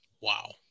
Wow